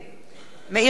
מאיר שטרית,